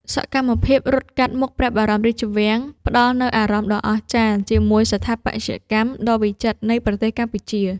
សកម្មភាពរត់កាត់មុខព្រះបរមរាជវាំង ផ្ដល់នូវអារម្មណ៍ដ៏អស្ចារ្យជាមួយស្ថាបត្យកម្មដ៏វិចិត្រនៃប្រទេសកម្ពុជា។